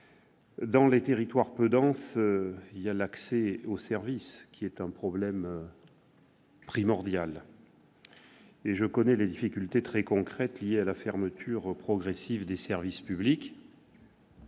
Dans les territoires peu denses, l'accès aux services est un problème primordial. Je connais les difficultés très concrètes liées à la fermeture progressive des services publics-